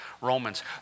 Romans